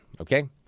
okay